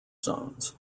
zones